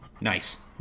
Nice